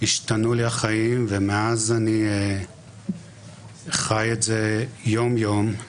השתנו לי החיים, ומאז אני חי את זה יום-יום.